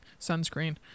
sunscreen